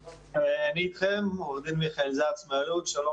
אני איתכם עורך דין מיכאל זץ מאלו"ט, שלום